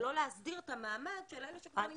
ולא להסדיר את המעמד של אלה שכבר נמצאים פה?